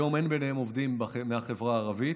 היום אין בו עובדים מהחברה הערבית.